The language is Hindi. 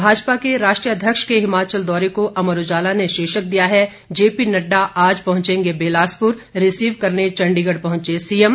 भाजपा के राष्ट्रीय अध्यक्ष के हिमाचल दौरे को अमर उजाला ने शीर्षक दिया है जेपी नडडा आज पहुंचेंगे बिलासपुर रिसीव करने चंडीगढ़ पहुंचे सीएम